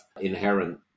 inherent